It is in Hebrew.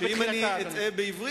אני מבקש ממנו שאם אני אטעה בעברית,